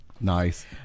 Nice